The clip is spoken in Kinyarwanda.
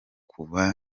kuva